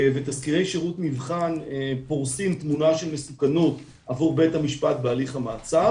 ותסקירי שירות מבחן פורסים תמונה של מסוכנות עבור בית המשפט בהליך המעצר